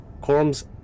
corms